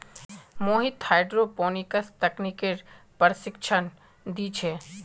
Mohit hydroponics तकनीकेर प्रशिक्षण दी छे